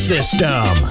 System